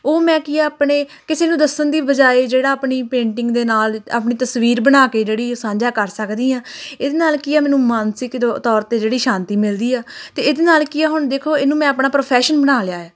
ਉਹ ਮੈਂ ਕੀ ਆ ਆਪਣੇ ਕਿਸੇ ਨੂੰ ਦੱਸਣ ਦੀ ਬਜਾਏ ਜਿਹੜਾ ਆਪਣੀ ਪੇਂਟਿੰਗ ਦੇ ਨਾਲ ਆਪਣੀ ਤਸਵੀਰ ਬਣਾ ਕੇ ਜਿਹੜੀ ਸਾਂਝਾ ਕਰ ਸਕਦੀ ਹਾਂ ਇਹਦੇ ਨਾਲ ਕੀ ਆ ਮੈਨੂੰ ਮਾਨਸਿਕ ਦ ਤੌਰ 'ਤੇ ਜਿਹੜੀ ਸ਼ਾਂਤੀ ਮਿਲਦੀ ਆ ਅਤੇ ਇਹਦੇ ਨਾਲ ਕੀ ਆ ਹੁਣ ਦੇਖੋ ਇਹਨੂੰ ਮੈਂ ਆਪਣਾ ਪ੍ਰੋਫੈਸ਼ਨ ਬਣਾ ਲਿਆ ਹੈ